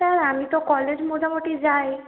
sir আমি তো college মোটামুটি যাই